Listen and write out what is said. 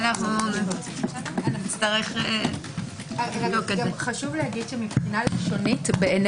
הצמצום הראשוני בגישה לחומרים, עצם הבחינה של האם